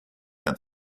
and